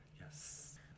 Yes